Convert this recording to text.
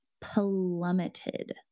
plummeted